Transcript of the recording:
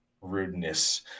rudeness